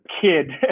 kid